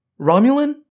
Romulan